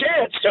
chance